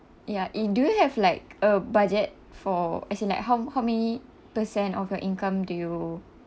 ya i~ do you have like a budget for as in like how how many percent of your income do you